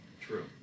True